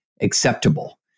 acceptable